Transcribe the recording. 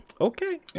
Okay